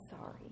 sorry